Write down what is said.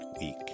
week